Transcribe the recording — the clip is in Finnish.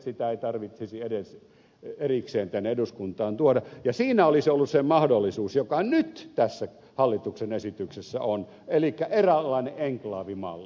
sitä ei tarvitsisi edes erikseen tänne eduskuntaan tuoda ja siinä olisi ollut se mahdollisuus joka nyt tässä hallituksen esityksessä on elikkä eräänlainen enklaavimalli